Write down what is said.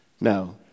No